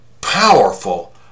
powerful